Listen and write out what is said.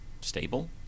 stable